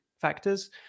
factors